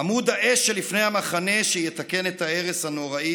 עמוד האש שלפני המחנה שיתקן את ההרס הנוראי